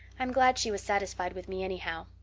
i'm glad she was satisfied with me anyhow,